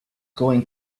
going